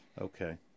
Okay